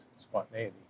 spontaneity